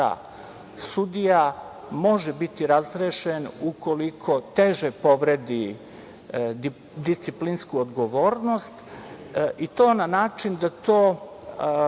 sudija može biti razrešen ukoliko teže povredi disciplinsku odgovornost i to na način da to